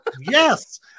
Yes